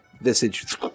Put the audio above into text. visage